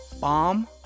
Bomb